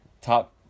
top